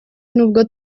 nubwo